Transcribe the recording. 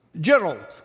Gerald